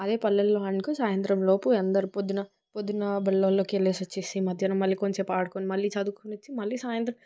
అదే పల్లెల్లో అనుకో సాయంత్రం లోపు అందరూ పొద్దున పొద్దున బళ్ళల్లోకి వెళ్ళేసి వచ్చేసి మధ్యాహ్నం మళ్ళీ కొంసేపు ఆడుకుని మళ్ళీ చదువుకొని వచ్చి మళ్ళీ సాయంత్రం